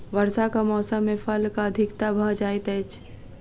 वर्षाक मौसम मे फलक अधिकता भ जाइत अछि